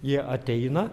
jie ateina